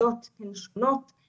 עניין ניסוחי פשוט.